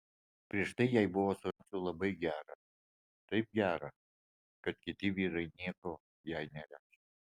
prieš tai jai buvo su ramziu labai gera taip gera kad kiti vyrai nieko jai nereiškė